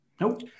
nope